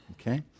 okay